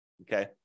Okay